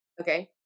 Okay